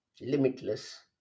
limitless